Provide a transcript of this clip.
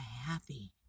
happy